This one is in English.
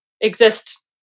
exist